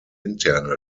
interne